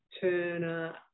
Turner